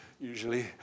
usually